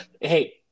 Hey